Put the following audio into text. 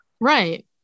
right